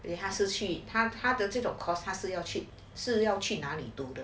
then 他是去他他的这种 course 还是要去是要去哪里读